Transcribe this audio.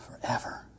forever